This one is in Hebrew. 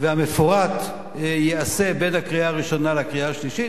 והמפורט ייעשה בין הקריאה הראשונה לקריאה השלישית.